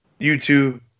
YouTube